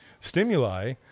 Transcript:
stimuli